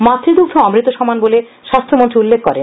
মাতৃদুধ্ব অমৃত সমান বলে স্বাস্থ্যমন্ত্রী উল্লেখ করেন